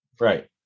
Right